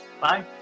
bye